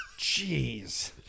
Jeez